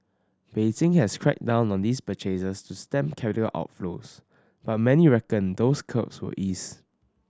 Beijing has cracked down on these purchases to stem capital outflows but many reckon those curbs will ease